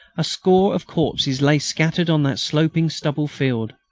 a score of corpses lay scattered on that sloping stubble-field.